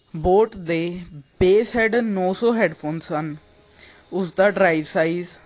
boat ਦੇ bass head ਨੌ ਸੌ ਹੈਡਫੋਨ ਸਨ ਉਸ ਦਾ ਡਰਾਈਵ ਸਾਈਜ਼